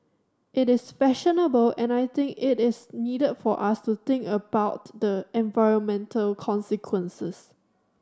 it is fashionable and I think it is needed for us to think about the environmental consequences